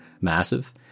massive